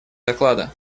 доклада